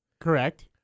Correct